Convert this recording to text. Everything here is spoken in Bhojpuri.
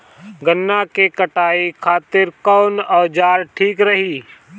गन्ना के कटाई खातिर कवन औजार ठीक रही?